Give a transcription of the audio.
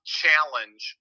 challenge